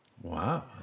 Wow